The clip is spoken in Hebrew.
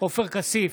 עופר כסיף,